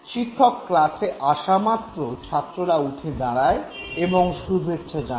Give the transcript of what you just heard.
শিক্ষক ক্লাসে আসা মাত্র ছাত্ররা উঠে দাঁড়ায় এবং শুভেচ্ছা জানায়